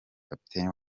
kapiteni